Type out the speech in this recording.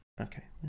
Okay